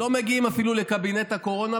הם לא מגיעים אפילו לקבינט הקורונה,